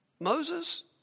Moses